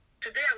today